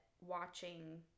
watching